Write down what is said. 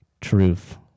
truth